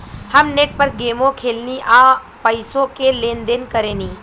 हम नेट पर गेमो खेलेनी आ पइसो के लेन देन करेनी